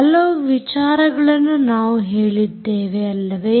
ಹಲವು ವಿಚಾರಗಳನ್ನು ನಾವು ಹೇಳಿದ್ದೇವೆ ಅಲ್ಲವೇ